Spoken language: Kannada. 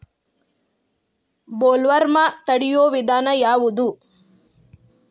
ಬೊಲ್ವರ್ಮ್ ತಡಿಯು ವಿಧಾನ ಯಾವ್ದು?